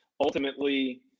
ultimately